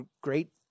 great